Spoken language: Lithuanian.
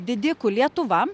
didikų lietuva